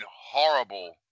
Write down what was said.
horrible